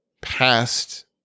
past